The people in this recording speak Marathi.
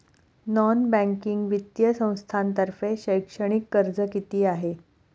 नॉन बँकिंग वित्तीय संस्थांतर्फे शैक्षणिक कर्ज किती आहे?